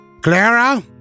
Clara